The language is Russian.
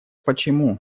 почему